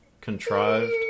Contrived